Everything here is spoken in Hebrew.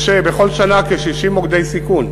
יש בכל שנה כ-60 מוקדי סיכון,